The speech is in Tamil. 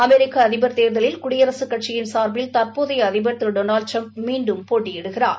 அமெரிக்க அதிபர் தேர்தலில் குடியரசு கட்சியின் சார்பில் தற்போதைய அதிபர் திரு டொனால்டு ட்டிரம்ப் மீண்டும் போட்டியிடுகிறார்